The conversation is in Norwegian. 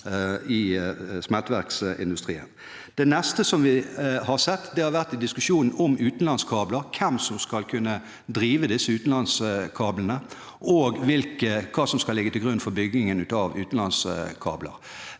Det neste vi har sett, har vært diskusjonen om utenlandskabler – om hvem som skal kunne drive disse utenlandskablene og hva som skal ligge til grunn for byggingen av utenlandskabler.